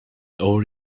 over